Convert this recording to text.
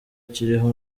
kiriho